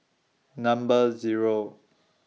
Number Zero